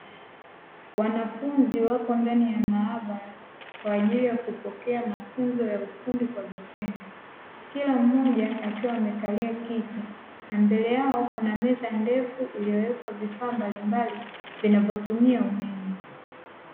Wanafunzi wako ndani ya maabara kwa ajili ya kupokea mafunzo ya ufundi kwa vitendo. Kila mmoja akiwa amekalia kiti na mbele yao kuna meza ndefu iliyowekwa vifaa mbalimbali vinavyotumia umeme.